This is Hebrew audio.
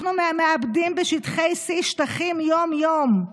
אנחנו מאבדים בשטחי C שטחים יום-יום.